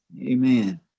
Amen